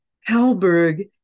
Halberg